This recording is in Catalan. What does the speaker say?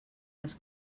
les